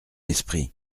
esprit